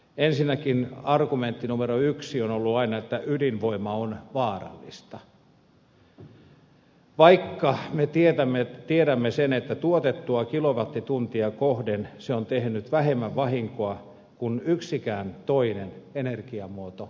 ensinnäkin argumentti numero yksi on ollut aina että ydinvoima on vaarallista vaikka me tiedämme sen että tuotettua kilowattituntia kohden se on tehnyt vähemmän vahinkoa kuin yksikään toinen energiamuoto maailmassa